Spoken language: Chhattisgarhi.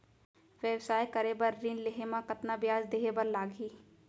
व्यवसाय करे बर ऋण लेहे म कतना ब्याज देहे बर लागही?